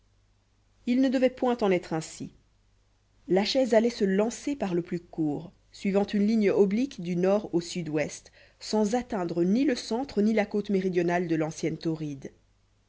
il ne devait point en être ainsi la chaise allait se lancer par le plus court suivant une ligne oblique du nord au sud-ouest sans atteindre ni le centre ni la côte méridionale de l'ancienne tauride